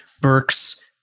Burks